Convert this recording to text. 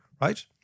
right